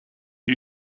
you